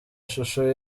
ishusho